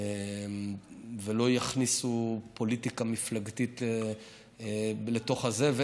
ולא יכניסו פוליטיקה מפלגתית לתוך זה.